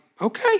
okay